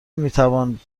میتوان